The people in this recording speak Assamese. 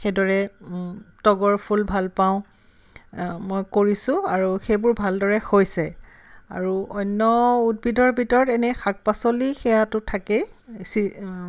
সেইদৰে তগৰ ফুল ভাল পাওঁ মই কৰিছোঁ আৰু সেইবোৰ ভালদৰে হৈছে আৰু অন্য উদ্ভিদৰ ভিতৰত এনেই শাক পাচলি সেইয়াটো থাকেই চি